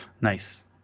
nice